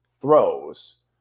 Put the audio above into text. throws